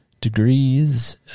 degrees